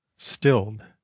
Stilled